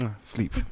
sleep